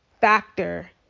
factor